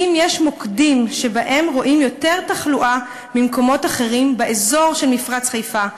אם יש מוקדים שבהם רואים יותר תחלואה ממקומות אחרים באזור של מפרץ חיפה,